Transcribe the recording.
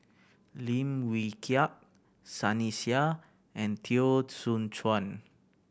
Lim Wee Kiak Sunny Sia and Teo Soon Chuan